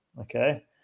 okay